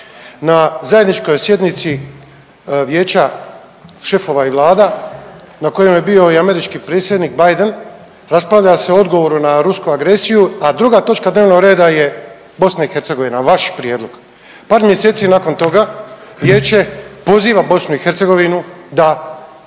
na zajedničkoj sjednici vijeća šefova i vlada na kojem je bio i američki predsjednik Biden, raspravlja se o odgovoru na rusku agresiju, a druga točka dnevnog reda je BiH, vaš prijedlog. Par mjeseci nakon toga vijeće poziva BiH da zatraži